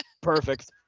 Perfect